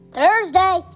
Thursday